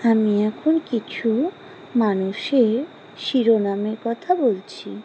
আমি এখন কিছু মানুষের শিরোনামের কথা বলছি